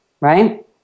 right